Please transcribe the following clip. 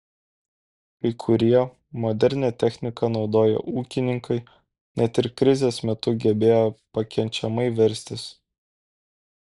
kai kurie modernią techniką naudoję ūkininkai net ir krizės metu gebėjo pakenčiamai verstis